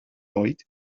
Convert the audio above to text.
oed